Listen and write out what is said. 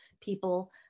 people